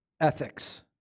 ethics